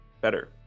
better